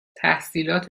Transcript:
تحصیلات